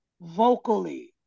vocally